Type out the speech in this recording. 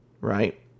right